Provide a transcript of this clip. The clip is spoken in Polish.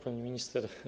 Pani Minister!